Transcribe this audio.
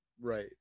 Right